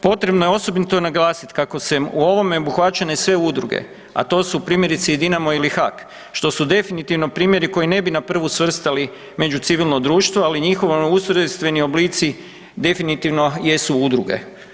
Potrebno je osobito naglasiti kako se u ovome obuhvaćene sve udruge, a to su primjerice i Dinamo ili HAK, što su definitivno primjeri koje ne bi na prvu svrstali među civilno društvo, ali njihov ustrojstveni oblici definitivno jesu udruge.